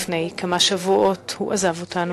לפני כמה שבועות הוא עזב אותנו,